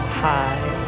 high